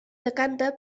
decanta